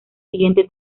siguiente